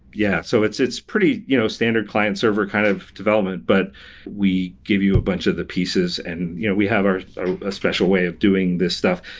yeah. so, it's it's pretty you know standard client server kind of development, but we give you a bunch of the pieces and you know we have ah a special way of doing this stuff.